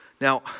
Now